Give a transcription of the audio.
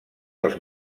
dels